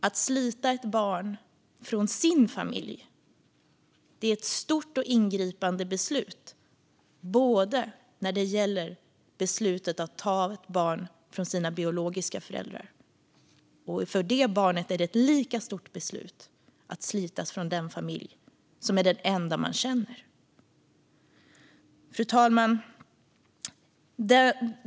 Att slitas från sin familj är ett stort och ingripande beslut för ett barn när det gäller att ta barnet från de biologiska föräldrarna. För barnet är det ett lika stort beslut att slitas från den familj som är den enda barnet känner. Fru talman!